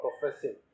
professing